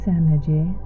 energy